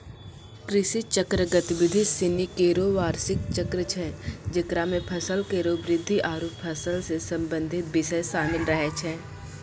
कृषि चक्र गतिविधि सिनी केरो बार्षिक चक्र छै जेकरा म फसल केरो वृद्धि आरु फसल सें संबंधित बिषय शामिल रहै छै